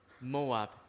Moab